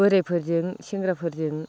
बोरायफोरजों सेंग्राफोरजों